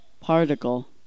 particle